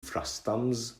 frustums